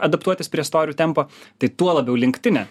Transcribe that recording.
adaptuotis prie storių tempo tai tuo labiau linktine